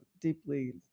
deeply